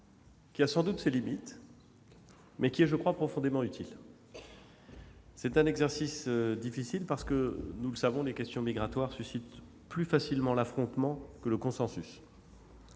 qui a sans doute ses limites, mais qui est, je le crois, profondément utile. L'exercice est difficile, parce que, nous le savons, les questions migratoires suscitent plus facilement l'affrontement que le consensus.